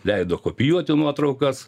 leido kopijuoti nuotraukas